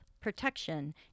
protection